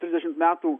trisdešimt metų